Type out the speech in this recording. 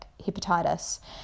hepatitis